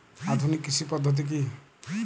আধুনিক কৃষি পদ্ধতি কী?